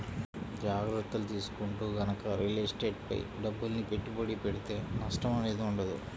జాగర్తలు తీసుకుంటూ గనక రియల్ ఎస్టేట్ పై డబ్బుల్ని పెట్టుబడి పెడితే నష్టం అనేది ఉండదు